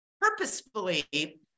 purposefully